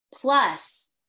Plus